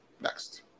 Next